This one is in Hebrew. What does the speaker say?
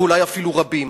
ואולי אפילו רבים.